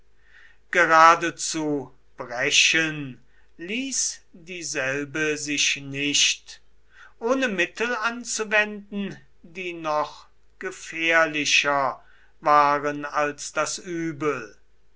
geradezu brechen ließ dieselbe sich nicht ohne mittel anzuwenden die noch gefährlicher waren als das übel